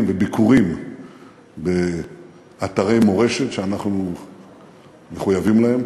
וביקורים באתרי מורשת שאנחנו מחויבים להם,